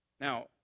Now